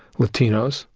latinos.